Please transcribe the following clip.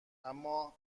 امااین